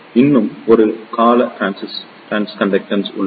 இன்னும் ஒரு கால டிரான்ஸ்கண்டகன்ஸ் உள்ளது